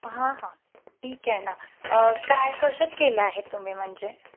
हां हां ठीक आहे ना काय कशात केलं आहे तुम्ही म्हणजे